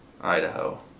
Idaho